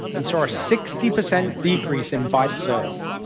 and saw a sixty percent decrease in bytes served.